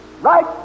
Right